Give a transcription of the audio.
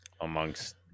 amongst